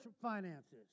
finances